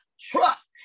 trust